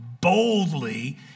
boldly